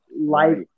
life